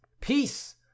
peace